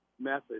method